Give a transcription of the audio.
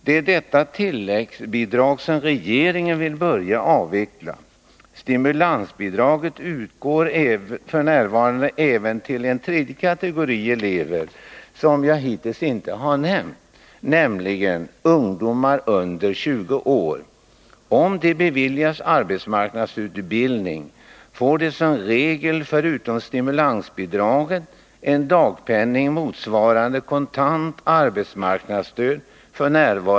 Det är detta tilläggsbidrag som regeringen vill börja avveckla. Stimulansbidraget utgår f. n. även till en tredje kategori elever, som jag hittills inte har nämnt, nämligen ungdomar under 20 år. Om de beviljas arbetsmarknadsutbildning får de som regel förutom stimulansbidraget en dagpenning motsvarande kontant arbetsmarknadsstöd, f. n.